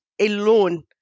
alone